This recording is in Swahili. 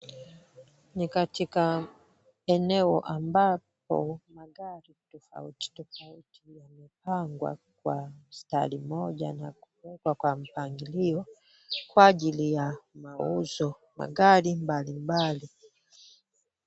Ni katika eneo ambalo magari tofauti tofauti yamepangwa kwa mstari moja na kuwekwa kwa mpangilio kwa ajili ya maosho magari mbalimbali.